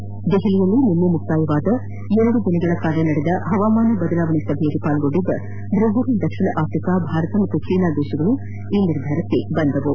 ನವದೆಹಲಿಯಲ್ಲಿ ನಿನ್ನೆ ಮುಕ್ತಾಯಗೊಂಡ ಎರಡು ದಿನಗಳಿಂದ ನಡೆದ ಹವಾಮಾನ ಬದಲಾವಣೆ ಸಭೆಯಲ್ಲಿ ಪಾಲ್ಗೊಂಡಿದ್ದ ದ್ರೆಜಿಲ್ ದಕ್ಷಿಣ ಆಫ್ರಿಕಾ ಭಾರತ ಮತ್ತು ಚೀನಾ ದೇಶಗಳು ಈ ನಿರ್ಧಾರಕ್ಷೆ ಬಂದಿವೆ